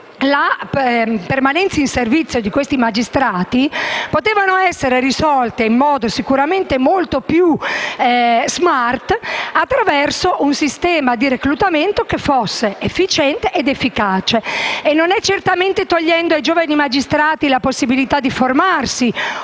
alla permanenza in servizio di questi magistrati potevano essere risolte in modo sicuramente molto più *smart* attraverso un sistema di reclutamento efficiente ed efficace; non è certamente togliendo ai giovani magistrati la possibilità di formarsi